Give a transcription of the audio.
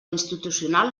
institucional